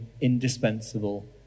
indispensable